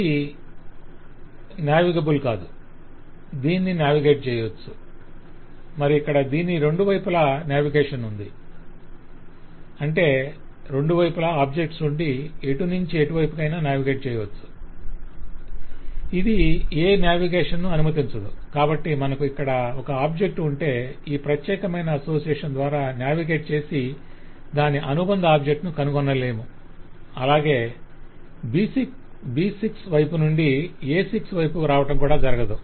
ఇది నావిగెబుల్ కాదు దీన్ని నావిగేట్ చేయవచ్చు మరి ఇక్కడ దీనికి రెండు వైపులా నావిగేషన్ ఉంది అంటే రెండు వైపులా ఆబ్జెక్ట్స్ ఉండి ఎటునుంచి ఎటువైపుకైనా నావిగేట్ చేయవచ్చు ఇది ఏ నావిగేషన్ను అనుమతించదు కాబట్టి మనకు ఇక్కడ ఒక ఆబ్జెక్ట్ ఉంటే ఈ ప్రత్యేకమైన అసోసియేషన్ ద్వారా నావిగేట్ చేసి దాని అనుబంధ ఆబ్జెక్ట్ ను కనుగొనలేము అలాగే B6 వైపు నుండి A6 వైపుకు రావడం కూడా జరగదు